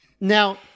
Now